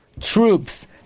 troops